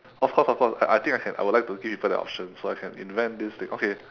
of course of course I I think I can I would like to give people that option so I can invent this thing okay